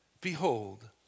behold